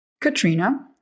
Katrina